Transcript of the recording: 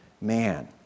man